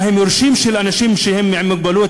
מה הם, יורשים של אנשים עם מוגבלות?